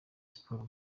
sports